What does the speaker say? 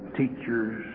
teachers